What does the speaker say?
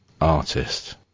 artist